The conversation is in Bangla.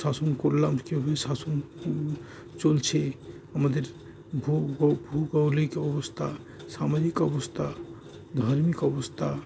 শাসন করলাম কীভাবে শাসন চলছে আমাদের ভুগো ভূগৌলিক অবস্থা সামাজিক অবস্থা ধার্মিক অবস্থা